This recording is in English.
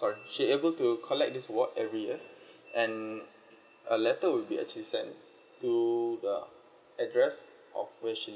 sorry she'd able to collect this award every year and a letter will be actually sent to the address of which